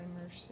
mercy